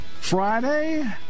Friday